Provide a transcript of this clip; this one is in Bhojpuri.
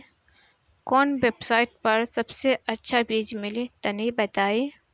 कवन वेबसाइट पर सबसे अच्छा बीज मिली तनि बताई?